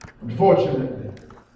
Unfortunately